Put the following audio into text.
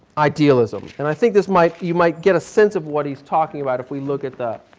idealism. and i think this might, you might get a sense of what he's talking about if we look at the